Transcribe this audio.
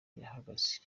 yahageze